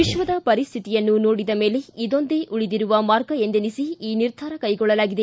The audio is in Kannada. ವಿಶ್ವದ ಪರಿಸ್ಟಿತಿಯನ್ನು ನೋಡಿದ ಮೇಲೆ ಇದೊಂದೇ ಉಳಿದಿರುವ ಮಾರ್ಗ ಎಂದೆನಿಸಿ ಈ ನಿರ್ಧಾರ ಕೈಗೊಳ್ಳಲಾಗಿದೆ